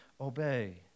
obey